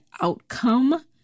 outcome